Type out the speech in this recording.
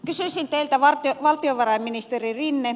kysyisin teiltä valtiovarainministeri rinne